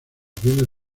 bienes